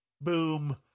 boom